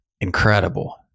Incredible